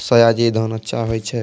सयाजी धान अच्छा होय छै?